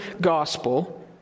gospel